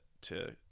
to-